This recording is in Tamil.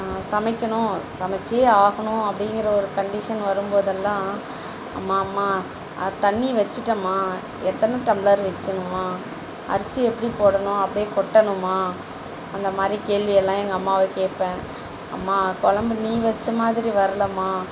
சமைக்கணும் சமைச்சே ஆகணும் அப்படிங்கிற ஒரு கண்டிஷன் வரும்போதெல்லாம் அம்மா அம்மா தண்ணி வச்சுட்டேம்மா எத்தனை டம்ளர் வச்சணுமா அரிசி எப்படி போடணும் அப்டி கொட்டணுமா அந்த மாதிரி கேள்வியெல்லாம் எங்கள் அம்மாவை கேட்பேன் அம்மா குழம்பு நீ வச்ச மாதிரி வரலம்மா